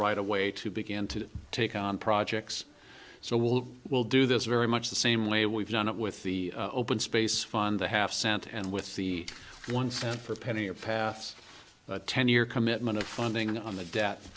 right away to begin to take on projects so will will do this very much the same way we've done it with the open space fund the half cent and with the one cent for a penny a path ten year commitment of funding on the de